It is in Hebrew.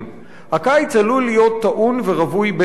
"הקיץ עלול להיות טעון ורווי באמוציות.